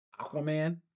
Aquaman